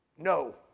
No